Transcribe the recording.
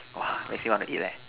!wah! makes me want to eat leh